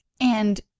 And-